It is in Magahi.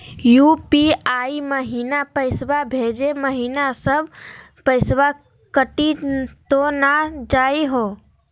यू.पी.आई महिना पैसवा भेजै महिना सब पैसवा कटी त नै जाही हो?